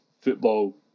football